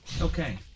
Okay